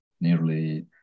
nearly